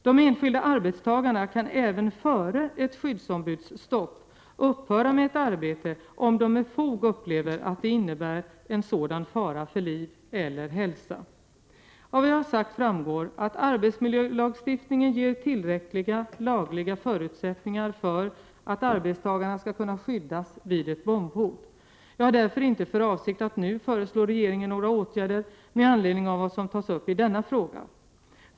De enskilda arbetstagarna kan även före ett skyddsombudsstopp upphöra med ett arbete om de med fog upplever att det innebär sådan fara. Av vad jag sagt framgår att arbetmiljölagstiftningen ger tillräckliga lagliga förutsättningar för att arbetstagarna skall kunna skyddas vid ett bombhot. Jag har därför inte för avsikt att nu föreslå regeringen några åtgärder med anledning av vad som tas upp i denna fråga.